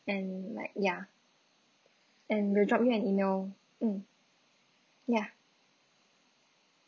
and like ya and we'll drop you an email mm yeah